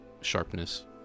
sharpness